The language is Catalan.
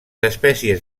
espècies